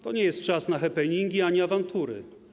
To nie jest czas na happeningi ani awantury.